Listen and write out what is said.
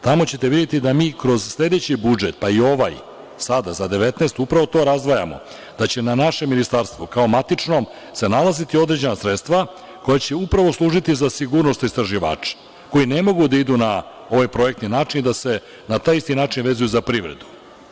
Tamo ćete videti da mi kroz sledeći budžet, pa i ovaj sada, za 2019. godinu, upravo to razdvajamo, da će na našem ministarstvu kao matičnom se nalaziti određena sredstva koja će upravo služiti za sigurnost istraživača koji ne mogu da idu na ovaj projektni način, da se na taj isti način vezuju za privredu.